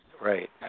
right